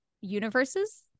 universes